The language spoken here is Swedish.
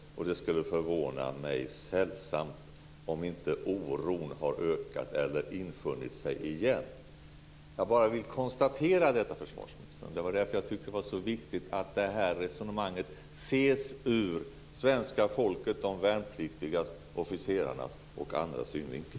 Det skulle förvåna mig sällsamt mycket om inte oron har infunnit sig igen. Jag vill bara konstatera detta, försvarsministern. Det var därför jag tyckte att det var så viktigt att det här resonemanget ses ur svenska folkets, de värnpliktigas, officerarnas och andras synvinkel.